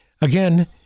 Again